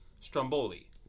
stromboli